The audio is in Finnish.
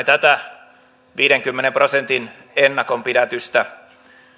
tätä viidenkymmenen prosentin ennakonpidätystä